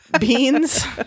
beans